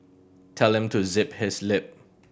tell him to zip his lip